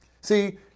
See